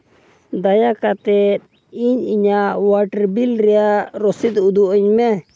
ᱫᱟᱭᱟ ᱠᱟᱛᱮᱫ ᱤᱧ ᱤᱧᱟᱹᱜ ᱚᱣᱟᱴᱟᱨ ᱵᱤᱞ ᱨᱮᱭᱟᱜ ᱨᱚᱥᱤᱫᱽ ᱩᱫᱩᱜ ᱟᱹᱧ ᱢᱮ